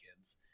kids